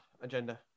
agenda